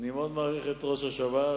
אני מאוד מעריך את ראש השב"ס,